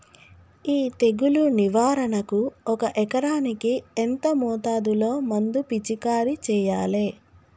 ఈ తెగులు నివారణకు ఒక ఎకరానికి ఎంత మోతాదులో మందు పిచికారీ చెయ్యాలే?